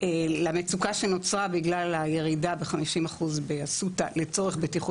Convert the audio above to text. עם הסטנדרטים הגבוהים ביותר.